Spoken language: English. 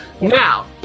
Now